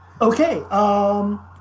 Okay